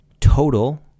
Total